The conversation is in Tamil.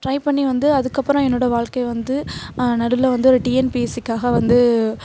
ட்ரை பண்ணி வந்து அதுக்கப்புறம் என்னோடய வாழ்கையை வந்து நடுவில் வந்து ஒரு டிஎன்பிஎஸ்சிக்காக வந்து